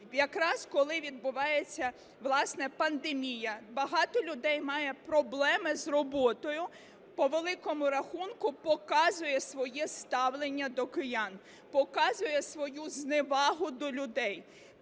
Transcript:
якраз коли відбувається, власне, пандемія, багато людей мають проблеми з роботою, по великому рахунку показує своє ставлення до киян, показує свою зневагу до людей.